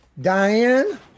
Diane